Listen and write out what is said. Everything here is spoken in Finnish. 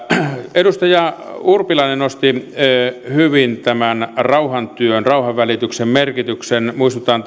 edustaja urpilainen nosti hyvin tämän rauhantyön rauhanvälityksen merkityksen muistutan